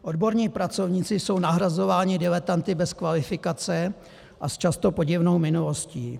Odborníci pracovníci jsou nahrazováni diletanty bez kvalifikace a s často podivnou minulostí.